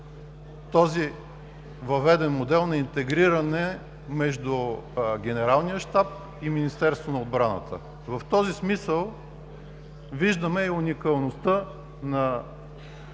този въведен модел на интегриране между Генералния щаб и Министерството на отбраната. В този смисъл виждаме и уникалността на